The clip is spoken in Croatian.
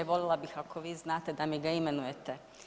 Voljela bih ako vi znate da mi ga imenujete.